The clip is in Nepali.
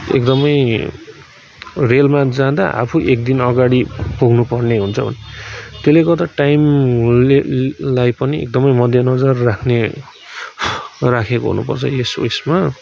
एकदमै रेलमा जाँदा आफू एकदिन अगाडि पुग्नुपर्ने हुन्छ त्यसले गर्दा टाइमलेलाई पनि एकदमै मध्यनजर राख्ने राखेको हुनुपर्छ यस उइसमा